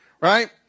right